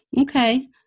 Okay